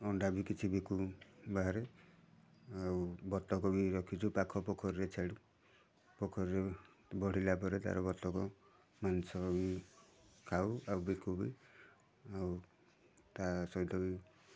ଅଣ୍ଡା ବି କିଛି ବିକୁ ବାହାରେ ଆଉ ବତକ ବି ରଖିଛୁ ପାଖ ପୋଖରୀରେ ଛାଡ଼ୁ ପୋଖରୀରୁ ବଢ଼ିଲା ପରେ ତାର ବତକ ମାଂସ ଆମେ ଖାଉ ଆଉ ବିକୁ ବି ଆଉ ତା ସହିତ ବି